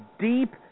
deep